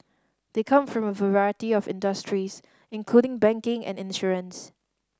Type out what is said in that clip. they come from a variety of industries including banking and insurance